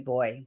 Boy